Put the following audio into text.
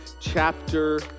chapter